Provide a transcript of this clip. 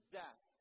death